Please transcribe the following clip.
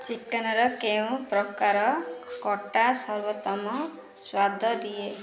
ଚିକେନ୍ର କେଉଁ ପ୍ରକାର କଟା ସର୍ବୋତ୍ତମ ସ୍ୱାଦ ଦିଏ